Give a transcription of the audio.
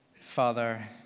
Father